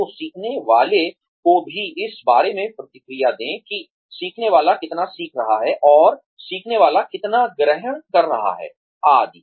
तो सीखने वाले को भी इस बारे में प्रतिक्रिया दें कि सीखने वाला कितना सीख रहा है और सीखने वाला कितना ग्रहण कर रहा है आदि